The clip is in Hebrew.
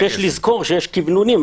אמת, צריך לזכור שיש כיוונונים.